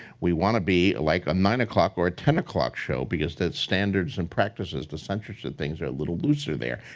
we wanna be like a nine o'clock or a ten o'clock show because the standards and practices the censorship things are a little looser there.